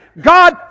God